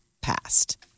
passed